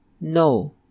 no